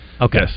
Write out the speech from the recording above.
Okay